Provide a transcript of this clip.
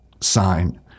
sign